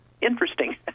interesting